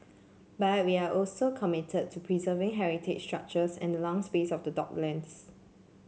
but are we also committed to preserving heritage structures and the lung space of the docklands